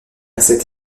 cette